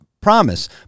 promise